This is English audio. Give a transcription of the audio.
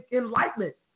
enlightenment